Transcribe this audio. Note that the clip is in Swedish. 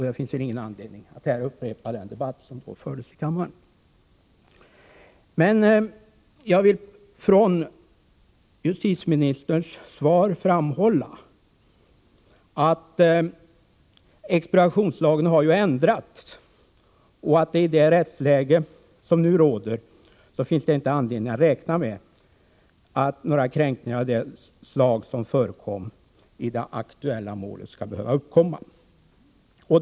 Det finns väl ingen anledning att här upprepa de argument som då anfördes i kammaren. Jag vill dock erinra om att justitieministern i sitt interpellationssvar framhöll att expropriationslagen har ändrats och att det i det rättsläge som råder inte finns anledning att räkna med att några kränkningar av det slag som förekom i det aktuella målet skall behöva äga rum.